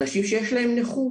אנשים שיש להם נכות